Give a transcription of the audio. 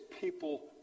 people